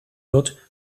wird